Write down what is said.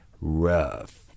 rough